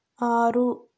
ఆరు